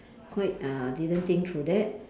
quite uh didn't think through that